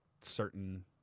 certain